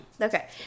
Okay